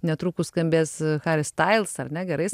netrukus skambės haris stails ar ne gerai